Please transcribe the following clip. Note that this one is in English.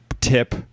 tip